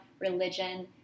religion